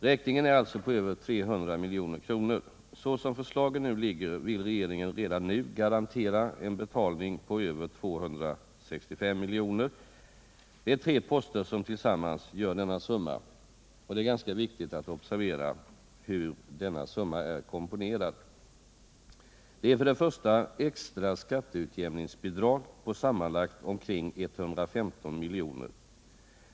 Räkningen är som sagt på över 300 miljoner. Så som förslagen nu ligger vill regeringen redan nu garantera en betalning på över 265 miljoner. Det är tre poster som tillsammans gör denna summa, och det är ganska viktigt att observera hur summan är komponerad. Det är för det första extra skatteutjämningsbidrag på sammanlagt omkring 115 miljoner.